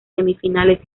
semifinales